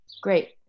Great